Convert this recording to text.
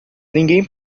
ninguém